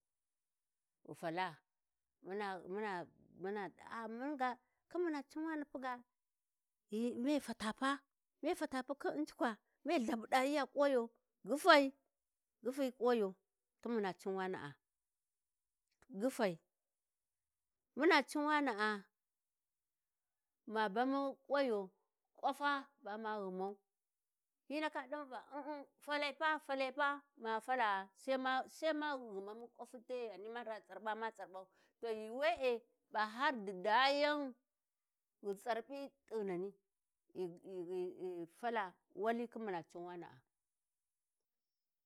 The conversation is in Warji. ﻿Ghi fala hesitation ɗa mun ga khin muna cunwani puga ghi me fata pa, me fata pu khin u'njukwa me lhabuɗayiya ƙuwayo gyifai gyifi ƙuwayo khin muna cinwana-gyifai muna cinwana'a ma bamu ƙuwayo ƙwafa ba ma ghumau, hyi ndaka ɗamu va um-um falai pa falai pa ma fala gha sai ma sai ma ghumamu ƙwafu te ghani maɗа tsarɓa ma tsarɓau to ghi we'e ba har ghi didayan ghi tsarɓi t'ighi-nani hesitation fala wali khin muna cinwana'a.